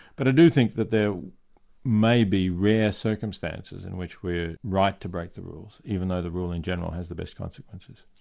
but i do think that there may be rare circumstances in which we're right to break the rules, even though the rule in general has the best consequences.